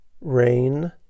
Rain